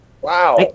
Wow